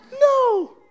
no